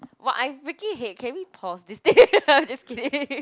!wah! I freaking hate can we pause this thing I'm just kidding